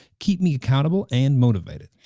keep me accountable and motivated.